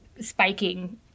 spiking